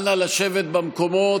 אנא לשבת במקומות.